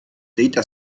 data